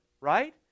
right